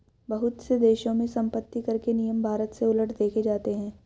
बहुत से देशों में सम्पत्तिकर के नियम भारत से उलट देखे जाते हैं